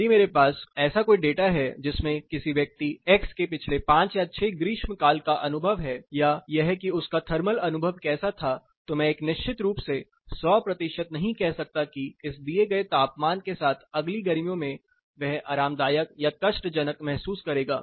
यदि मेरे पास ऐसा कोई डेटा है जिसमें किसी व्यक्ति x के पिछले 5 या 6 ग्रीष्मकाल का अनुभव है या यह कि उसका थर्मल अनुभव कैसा था तो मैं यह निश्चित रूप से सौ प्रतिशत नहीं कह सकता कि इस दिए गए तापमान के साथ अगली गर्मियों में वह आरामदायक या कष्ट जनक महसूस करेगा